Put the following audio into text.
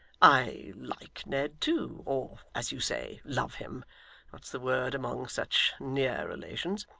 i like ned too or, as you say, love him that's the word among such near relations.